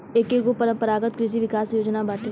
एकेगो परम्परागत कृषि विकास योजना बाटे